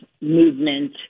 movement